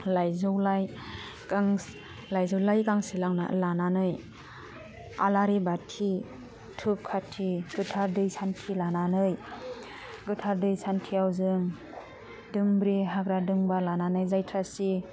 लाइजौलाइ गास लाइजौलाइ गांसे लांना लानानै आलारि बाथि दुब खाथि गोथार दै सान्थि लानानै गोथार दै सान्थियाव जों दोमब्रि हाग्रा दोंबा लानानै जायथासि